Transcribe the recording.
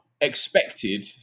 expected